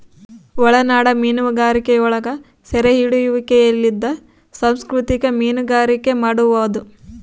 ಒಳನಾಡ ಮೀನುಗಾರಿಕೆಯೊಳಗ ಸೆರೆಹಿಡಿಯುವಿಕೆಲಿಂದ ಸಂಸ್ಕೃತಿಕ ಮೀನುಗಾರಿಕೆ ಮಾಡುವದು